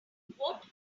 what